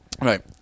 Right